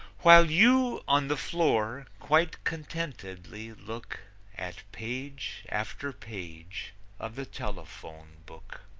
while you, on the floor, quite contentedly look at page after page of the telephone book.